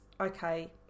okay